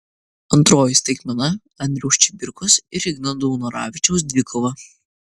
antroji staigmena andriaus čibirkos ir igno daunoravičiaus dvikova